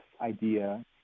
idea